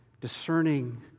discerning